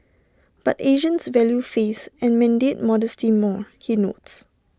but Asians value face and mandate modesty more he notes